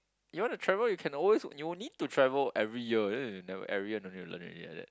you want to travel you can always you need to travel every year every year no need to learn already like that